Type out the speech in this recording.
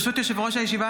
ברשות יושב-ראש הישיבה,